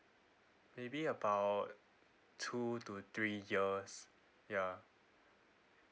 maybe about two to three years ya